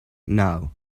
now